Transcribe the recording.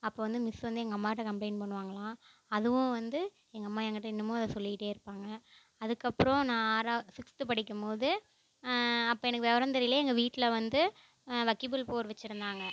அப்போ வந்து மிஸ் வந்து எங்கள் அம்மாகிட்ட கம்ப்ளைண்ட் பண்ணுவாங்களாம் அதுவும் வந்து எங்கம்மா எங்கிட்ட இன்னமும் அதை சொல்லிக்கிட்டே இருப்பாங்க அதுக்கப்புறம் நான் ஆறா சிக்ஸ்த்து படிக்கும்போது அப்போ எனக்கு விவரம் தெரியல எங்கள் வீட்டில் வந்து வைக்கல்புல் போர் வச்சிருந்தாங்க